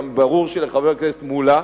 ברור שלחבר הכנסת מולה,